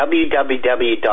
www